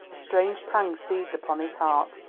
a strange pang seized upon his heart.